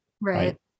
Right